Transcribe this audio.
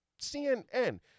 CNN